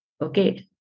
Okay